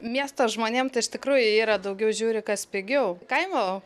miesto žmonėm tai iš tikrųjų yra daugiau žiūri kas pigiau kaimo